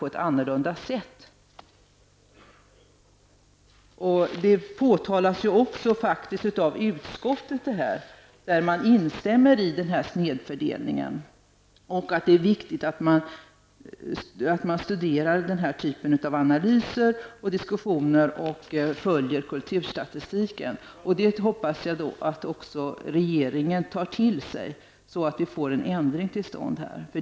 Även utskottet påpekar detta och instämmer i att det är fråga om en snedfördelning. Man säger att det är viktigt att studera den här typen av analyser och diskussioner och att man följer kulturstatistiken. Jag hoppas att också regeringen tar till sig detta, så att vi får en ändring till stånd i detta sammanhang.